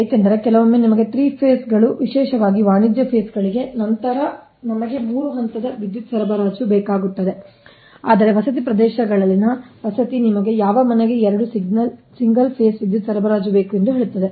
ಏಕೆಂದರೆ ಕೆಲವೊಮ್ಮೆ ನಿಮಗೆ 3 ಫೇಸ್ ಗಳು ವಿಶೇಷವಾಗಿ ವಾಣಿಜ್ಯ ಫೇಸ್ ಗಳಿಗೆ ನಮಗೆ 3 ಹಂತದ ವಿದ್ಯುತ್ ಸರಬರಾಜು ಬೇಕಾಗುತ್ತದೆ ಆದರೆ ವಸತಿ ಪ್ರದೇಶಗಳಲ್ಲಿನ ವಸತಿ ನಿಮಗೆ ಯಾವ ಮನೆಗೆ 2 ಸಿಂಗಲ್ ಫೇಸ್ ವಿದ್ಯುತ್ ಸರಬರಾಜು ಬೇಕು ಎಂದು ಹೇಳುತ್ತದೆ